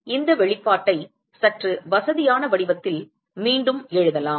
எனவே இந்த வெளிப்பாட்டை சற்று வசதியான வடிவத்தில் மீண்டும் எழுதலாம்